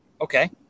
Okay